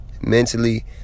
mentally